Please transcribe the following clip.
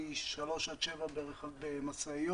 פי שלושה עד שבעה במשאיות.